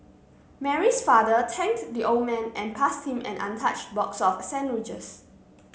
Mary's father thanked the old man and passed him an untouched box of sandwiches